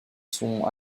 sont